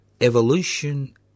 evolution